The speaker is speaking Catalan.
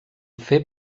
fer